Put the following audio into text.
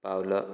पावलो